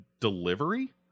delivery